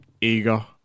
eager